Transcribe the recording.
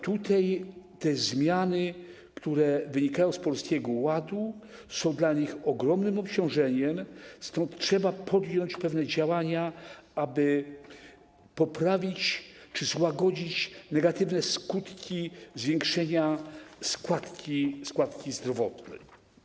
Te zmiany, które wynikają z Polskiego Ładu, są dla nich ogromnym obciążeniem, stąd trzeba podjąć pewne działania, aby poprawić czy złagodzić negatywne skutki zwiększenia składki zdrowotnej.